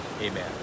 Amen